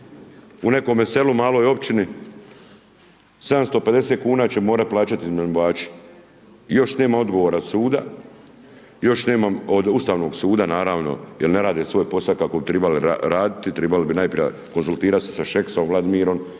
u nekome selu, u maloj općini, 750 kn će morati plaćati iznajmljivači, još nema odgovora suda, još nema od Ustavnog suda naravno jer ne rade svoj posao kako bi trebali raditi, trebali bi najprije konzultirati sa Šeksom Vladimirom